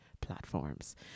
platforms